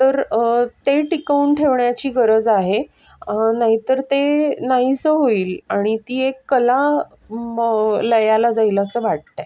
तर ते टिकवून ठेवण्याची गरज आहे नाहीतर ते नाहीसं होईल आणि ती एक कला मग लयाला जाईल असं वाटतं आहे